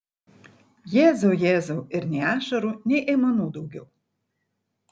jėzau jėzau ir nei ašarų nei aimanų daugiau